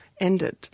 ended